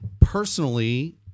personally